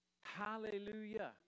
Hallelujah